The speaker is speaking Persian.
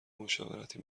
مشاورتی